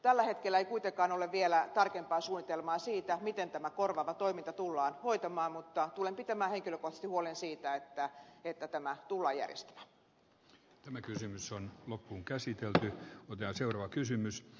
tällä hetkellä ei kuitenkaan ole vielä tarkempaa suunnitelmaa siitä miten tämä korvaava toiminta tullaan hoitamaan mutta tulen pitämään henkilökohtaisesti huolen siitä että tämä tullaan järjestämään